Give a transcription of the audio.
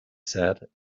said